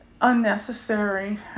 unnecessary